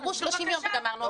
אמרו 30 ימים וגמרנו.